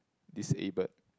disabled